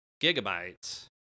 gigabytes